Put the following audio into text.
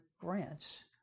grants